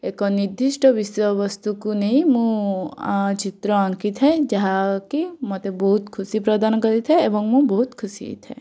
ଏକ ନିର୍ଦ୍ଧିଷ୍ଟ ବିଷୟ ବସ୍ତୁକୁ ନେଇ ମୁଁ ଚିତ୍ର ଆଙ୍କିଥାଏ ଯାହାକି ମତେ ବହୁତ ଖୁସି ପ୍ରଦାନ କରିଥାଏ ଏବଂ ମୁଁ ବହୁତ୍ ଖୁସି ହେଇଥାଏ